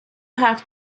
have